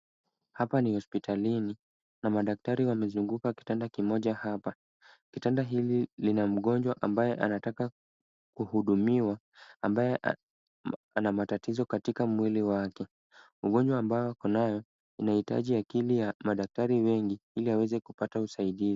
Hapa ni hospitalini na madaktari wamezunguka kitanda kimoja hapa. Kitanda hili lina mgonjwa hapa ambaye anataka kuhudumiwa, ambaye ana matatizo katika mwili wake. Ugonjwa ambao ako nao unahitaji akili ya madaktari wengi ili aweze kupata usaidizi.